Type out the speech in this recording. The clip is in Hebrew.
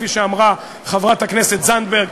כפי שאמרה חברת הכנסת זנדברג,